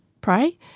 pray